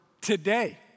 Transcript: today